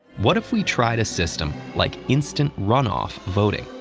what if we tried a system like instant runoff voting,